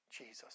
Jesus